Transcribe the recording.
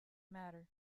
matter